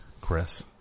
Chris